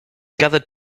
gathered